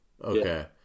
Okay